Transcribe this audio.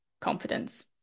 confidence